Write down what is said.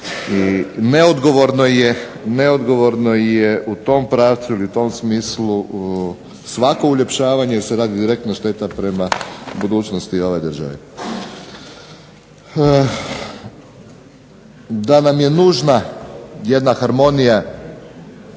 neodgovorno je u tom pravcu ili u tom smislu svako uljepšavanje jer se radi direktna šteta prema budućnosti ove države. Da nam je nužna jedna harmonija